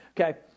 Okay